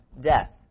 death